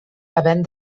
havent